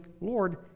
Lord